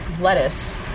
lettuce